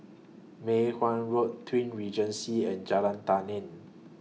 Mei Hwan Road Twin Regency and Jalan Tani